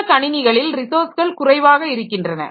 இந்த கணினிகளில் ரிசோர்ஸ்கள் குறைவாக இருக்கின்றன